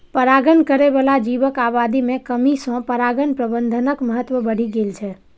परागण करै बला जीवक आबादी मे कमी सं परागण प्रबंधनक महत्व बढ़ि गेल छै